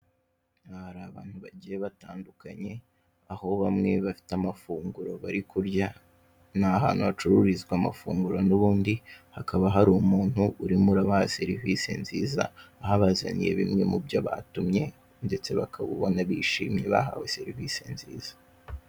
Aha hari abantu bagiye batandukanye aho bamwe bafite amafunguro bari kurya, ni ahantu hacururizwa amafunguro n'ubundi, hakaba hari umuntu urimo urabaha serivise nziza, aho abazaniye bimwe mubyo batumye, ndetse bakaba ubona bishimye bahawe serivise nziza.